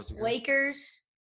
Lakers